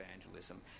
evangelism